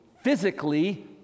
physically